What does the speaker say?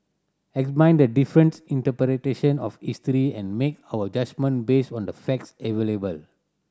the difference interpretation of history and make our judgement based on the facts available